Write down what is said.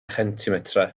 chentimetrau